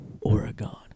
Oregon